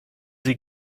sie